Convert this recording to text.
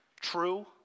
true